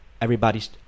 Everybody's